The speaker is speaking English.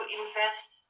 invest